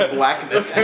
blackness